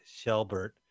Shelbert